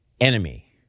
enemy